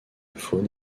faune